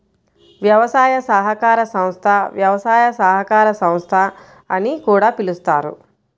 వ్యవసాయ సహకార సంస్థ, వ్యవసాయ సహకార సంస్థ అని కూడా పిలుస్తారు